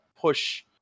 push